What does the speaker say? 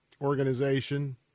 organization